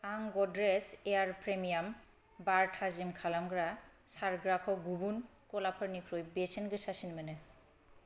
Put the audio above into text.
आं Godrej air premium bar थाजिम खालामग्रा सारग्राखौ गुबुन गलाफोरनिख्रुइ बेसेन गोसासिन मोनो